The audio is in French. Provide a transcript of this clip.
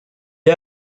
est